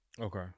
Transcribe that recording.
okay